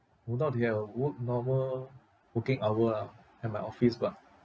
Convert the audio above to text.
will not work normal working hour lah at my office but